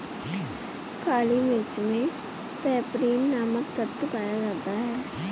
काली मिर्च मे पैपरीन नामक तत्व पाया जाता है